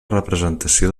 representació